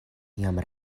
iam